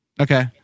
Okay